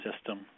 system